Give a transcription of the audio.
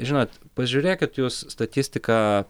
žinot pažiūrėkit jūs statistiką